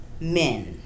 men